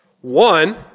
One